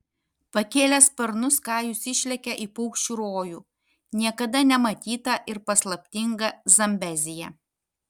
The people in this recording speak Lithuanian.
pakėlęs sparnus kajus išlekia į paukščių rojų niekada nematytą ir paslaptingą zambeziją